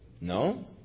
No